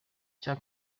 icya